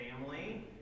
family